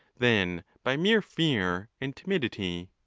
than by mere fear and timidity.